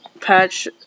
patch